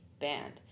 band